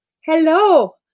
Hello